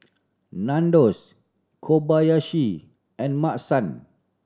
Nandos Kobayashi and Maki San